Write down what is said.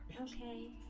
Okay